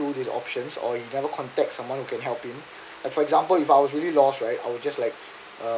his options or he never contact someone who can help him like for example if I was really lost right I will just like uh